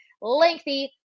lengthy